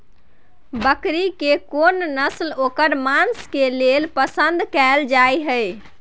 बकरी के कोन नस्ल ओकर मांस के लेल पसंद कैल जाय हय?